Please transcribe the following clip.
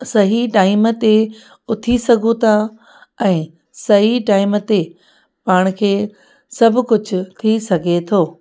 सही टाइम ते उथी सघूं था ऐं सही टाइम ते पाण खे सभु कुझु थी सघे थो